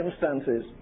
circumstances